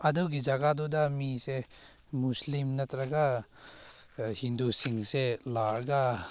ꯑꯗꯨꯒꯤ ꯖꯒꯥꯗꯨꯗ ꯃꯤꯁꯦ ꯃꯨꯁꯂꯤꯝ ꯅꯠꯇ꯭ꯔꯒ ꯍꯤꯟꯗꯨꯁꯤꯡꯁꯦ ꯂꯥꯛꯂꯒ